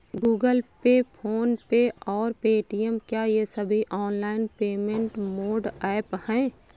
Google pay phone pay और Paytm क्या ये सभी ऑनलाइन पेमेंट मोड ऐप हैं?